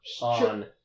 on